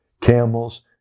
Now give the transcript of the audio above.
camels